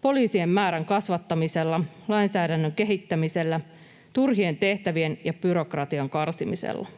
poliisien määrän kasvattamisella, lainsäädännön kehittämisellä sekä turhien tehtävien ja byrokratian karsimisella.